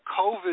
COVID